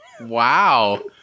Wow